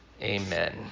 Amen